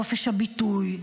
חופש הביטוי,